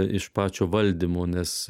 iš pačio valdymo nes